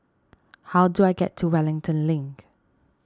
how do I get to Wellington Link